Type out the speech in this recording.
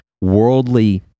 worldly